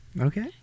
Okay